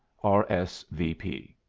r. s. v. p.